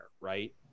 right